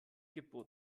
geboten